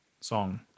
song